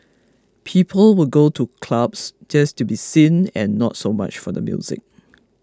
people would go to clubs just to be seen and not so much for the music